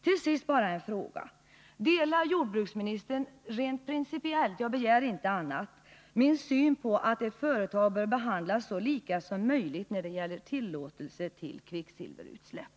Till sist bara en fråga: Delar jordbruksministern rent principiellt — jag begär inte annat — min uppfattning att företag bör behandlas så lika som möjligt när det gäller tillåtelse till kvicksilverutsläpp?